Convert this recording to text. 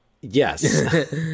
yes